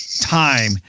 time